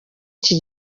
iki